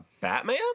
Batman